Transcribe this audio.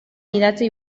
idatzi